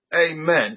Amen